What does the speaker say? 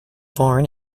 born